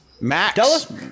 Max